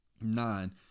Nine